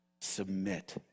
Submit